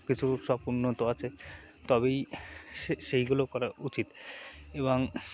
কিছু সব উন্নত আছে তবেই সে সেইগুলো করা উচিত এবং